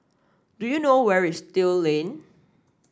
do you know where is Still Lane